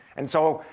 and so,